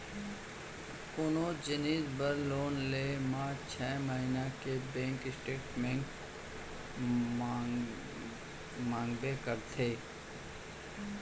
कोनो जिनिस बर लोन लेहे म छै महिना के बेंक स्टेटमेंट मांगबे करथे